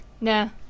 No